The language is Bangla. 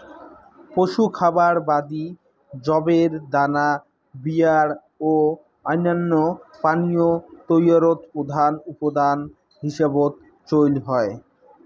পশু খাবার বাদি যবের দানা বিয়ার ও অইন্যান্য পানীয় তৈয়ারত প্রধান উপাদান হিসাবত চইল হয়